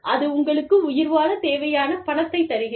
அது உங்களுக்கு உயிர்வாழத் தேவையான பணத்தைத் தருகிறது